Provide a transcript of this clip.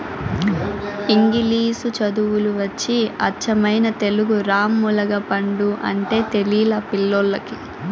ఇంగిలీసు చదువులు వచ్చి అచ్చమైన తెలుగు రామ్ములగపండు అంటే తెలిలా పిల్లోల్లకి